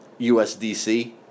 usdc